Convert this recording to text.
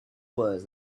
was